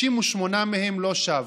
68 מהם לא שבו.